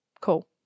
Cool